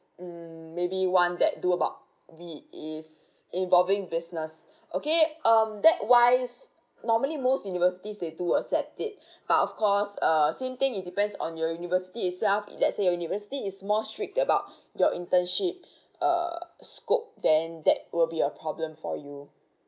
mm maybe one that do about it is involving business okay um that wise normally most universities they do accept it but of course uh same thing it depends on your university itself if let's say your university is more strict about your internship uh scope then that will be a problem for you